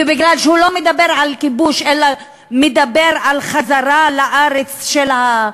ומכיוון שהוא לא מדבר על כיבוש אלא מדבר על חזרה לארץ של ?